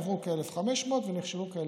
עברו כ-1,500 ונכשלו כ-1,300.